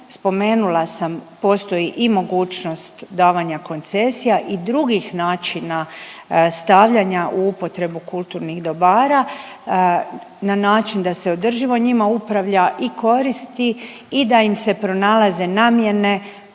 spomenula sam, postoji i mogućnost davanja koncesija i drugih načina stavljanja u upotrebu kulturnih dobara na način da se održivo njima upravlja i koristi i da im se pronalaze namjene